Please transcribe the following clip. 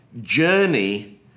journey